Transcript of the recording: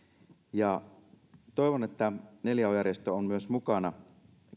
toivon että neljä h järjestö on myös mukana